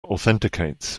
authenticates